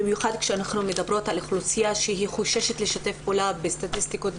במיוחד כשאנחנו מדברות על אוכלוסייה שחוששת לשתף פעולה בסטטיסטיקות,